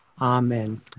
Amen